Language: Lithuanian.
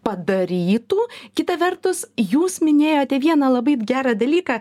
padarytų kita vertus jūs minėjote vieną labai gerą dalyką